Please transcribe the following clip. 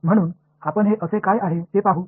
म्हणून आपण हे कसे काय आहे ते पाहू